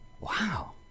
Wow